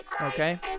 Okay